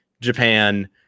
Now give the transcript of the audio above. Japan